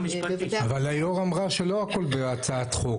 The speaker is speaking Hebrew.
אבל היו"ר אמרה שלא הכול בהצעת חוק,